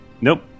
Nope